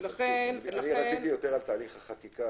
אני רציתי יותר על תהליך החקיקה,